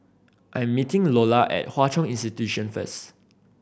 I'm meeting Lolla at Hwa Chong Institution first